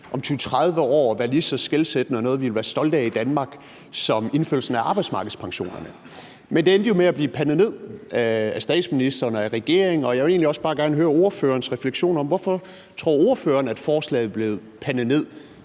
om 20-30 år at være lige så skelsættende og noget, vi vil være stolte af i Danmark, som indførelsen af arbejdsmarkedspensionerne. Men det endte jo med at blive pandet ned af statsministeren og af regeringen, og jeg vil egentlig også gerne bare høre ordførerens refleksioner over: Hvorfor tror ordføreren at forslaget blev pandet ned?